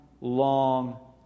long